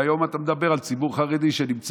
והיום אתה מדבר על ציבור חרדי שנמצא,